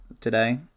today